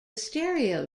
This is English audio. stereo